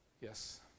Yes